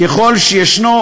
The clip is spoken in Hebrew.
ככל שישנו,